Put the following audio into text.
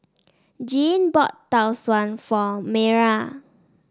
Jeanne bought Tau Suan for Mayra